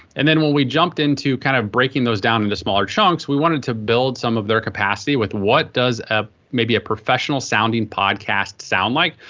and then when we jumped into kind of breaking those down into smaller chunks we wanted to build some of their capacity with what does ah maybe a professional sounding podcast sound like?